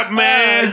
man